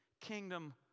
kingdom